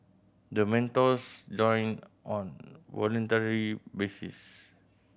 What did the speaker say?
the mentors join on voluntary basis